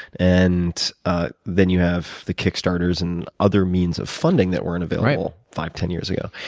and then you have the kickstarters and other means of funding that weren't available five, ten years ago.